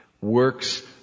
works